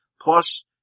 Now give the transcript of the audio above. plus